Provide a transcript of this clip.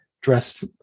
dressed